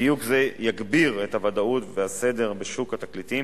דיוק זה יגביר את הוודאות והסדר בשוק התקליטים,